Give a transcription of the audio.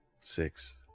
six